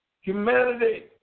humanity